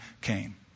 came